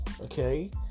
Okay